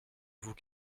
vous